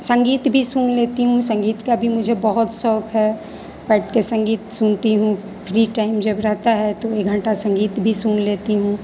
संगीत भी सुन लेती हूँ संगीत का भी मुझे बहुत शौक़ है बैठकर संगीत सुनती हूँ फ़्री टाइम जब रहता है तो एक घंटा संगीत भी सुन लेती हूँ